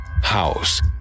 house